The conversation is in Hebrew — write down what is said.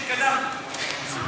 לא ראיתי שהתקדמנו.